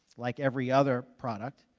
like every other product,